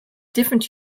different